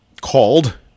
called